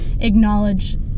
acknowledge